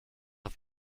auf